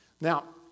Now